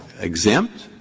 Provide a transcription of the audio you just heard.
exempt